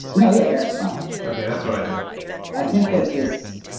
no, yeah, that's fine okay, that's what i do i think that this,